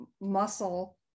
muscle